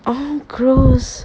oh gross